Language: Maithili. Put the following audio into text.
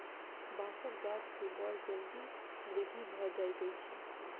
बांसक गाछ के बड़ जल्दी वृद्धि भ जाइत अछि